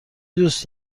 دوست